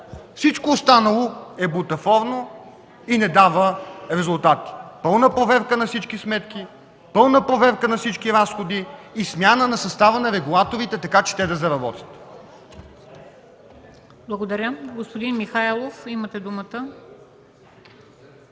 Всичко останало е бутафорно и не дава резултати. Пълна проверка на всички сметки, пълна проверка на всички разходи и смяна на състава на регулаторите, така че те да заработят.